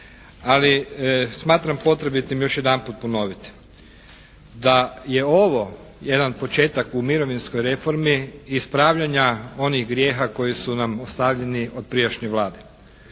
ali smatram potrebitim još jedanput ponoviti. Da je ovo jedan početak u mirovinskoj reformi ispravljanja onih grijeha koji su nam ostavljeni od prijašnje Vlade.